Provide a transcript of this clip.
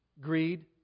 Greed